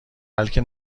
بلکه